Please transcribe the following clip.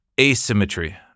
asymmetry